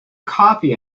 copy